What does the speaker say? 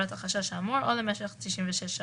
מרבית הדיונים כן מתקיימים, כפי שצריך,